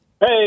Hey